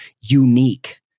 unique